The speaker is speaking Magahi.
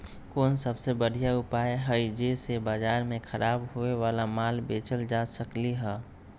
कोन सबसे बढ़िया उपाय हई जे से बाजार में खराब होये वाला माल बेचल जा सकली ह?